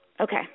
Okay